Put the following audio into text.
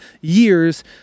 years